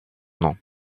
nom